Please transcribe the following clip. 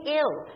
ill